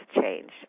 change